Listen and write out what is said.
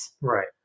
Right